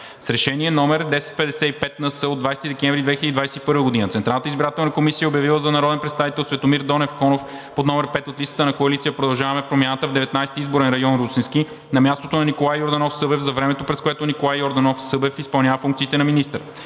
С Решение № 1055-НС от 20.12.2021 г. Централната избирателна комисия е обявила за народен представител Цветомир Донев Конов под № 5 от листата на Коалиция „Продължаваме Промяната“ в Деветнадесети изборен район – Русенски, на мястото на Николай Йорданов Събев за времето, през което Николай Йорданов Събев изпълнява функциите на министър.